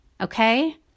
okay